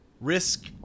Risk